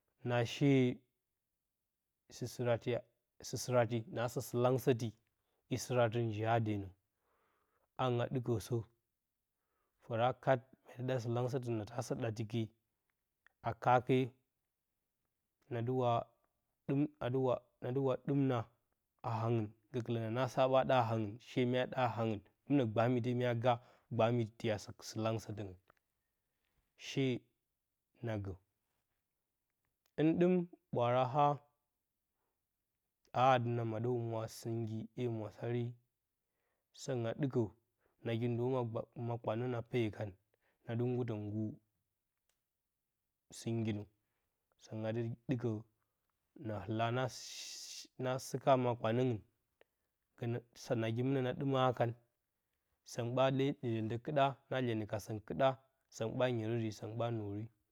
Na shee sɨsɨrati sɨsɨrati naasə sɨlangsəti, i sɨratɨ njiya denə. Angɨn a ɗɨkəsə, fəra kat mya ɗa sɨlangsətə na taa sə ɗati ke a kaake, na dɨ wa ɗɨm na dɨ wa ɗɨm na a hangɨn gəkɨlə na naa sa ɓa ɗa a hangɨn, mɨnə shee mya ɗa hangɨn, mɨnə gbaamite mya ga, gbaami tiya sɨ sɨlangsətɨngɨn. She na gə. Hɨn ɗɨm ɓwaara a aa dɨ na maɗə humwa yə sɨngi, hɨn səngɨn a ɗɨkə nagi ma gba ma kpanə na peyə kan, na dɨ ngutən ngur sɨngi nə. na dɨ ɗɨkə na ɨla na na sɨka makpanəngɨn, na nagi mɨnə na ɗɨmə hakan, səngɨn ɓa ɗe lyentə kɨɗa ta lyeni ka səngɨn kɨɗa, səngɨn ɓa nyerədi, səngɨn ɓa nwori.